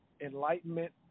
enlightenment